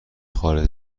خارج